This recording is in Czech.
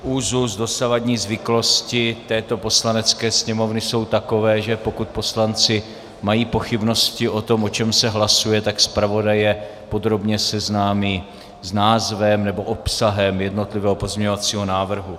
Úzus, dosavadní zvyklosti této Poslanecké sněmovny jsou takové, že pokud poslanci mají pochybnosti o tom, o čem se hlasuje, tak zpravodaj je podrobně seznámí s názvem nebo obsahem jednotlivého pozměňovacího návrhu.